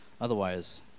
Otherwise